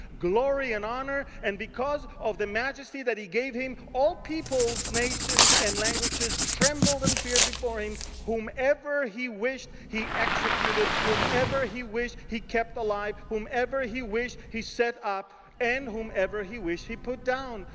glory and honor. and because of the majesty that he gave him, all peoples, nations, and languages trembled and feared before him. whomever he wished, he executed. whomever he wished, he kept alive. whomever he wished, he set up, and whomever he wished, he put down.